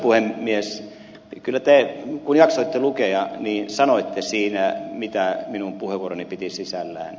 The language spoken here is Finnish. kyllä te kun jaksoitte lukea sanoitte siinä mitä minun puheenvuoroni piti sisällään